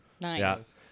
Nice